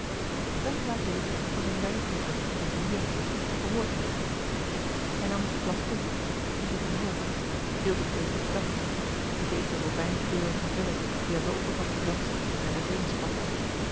renkelaer deed wat een wijnproever die manieren heeft behoort te doen hij nam het glas op hief het omhoog hield het tegen den dag bekeek de robijnkleurige bellen die aan de oppervlakte dansten en uit een spatteden